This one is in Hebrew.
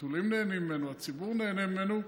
החתולים נהנים ממנו, הציבור נהנה ממנו.